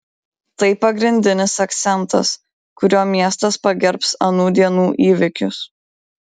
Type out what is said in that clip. tai pagrindinis akcentas kuriuo miestas pagerbs anų dienų įvykius